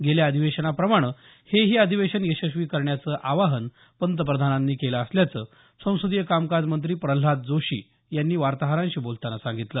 गेल्या अधिवेशनाप्रमाणे हे ही अधिवेशन यशस्वी करण्याचं आवाहन पंतप्रधानांनी केलं असल्याचं संसदीय कामकाज मंत्री प्रल्हाद जोशी यांनी वार्ताहरांशी बोलतांना सांगितलं